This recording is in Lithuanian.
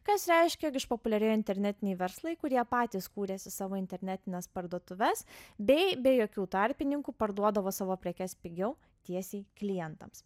kas reiškia jog išpopuliarėjo internetiniai verslai kurie patys kūrėsi savo internetines parduotuves bei be jokių tarpininkų parduodavo savo prekes pigiau tiesiai klientams